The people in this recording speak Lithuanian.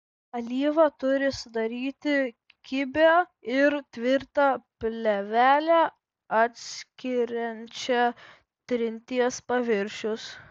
alyva turi sudaryti kibią ir tvirtą plėvelę atskiriančią trinties paviršius